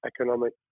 economic